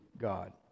God